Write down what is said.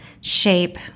shape